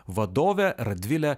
vadovę radvilę